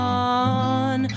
on